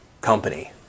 company